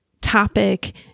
topic